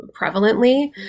prevalently